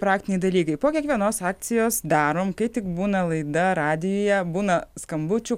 praktiniai dalykai po kiekvienos akcijos darom kai tik būna laida radijuje būna skambučių